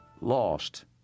Lost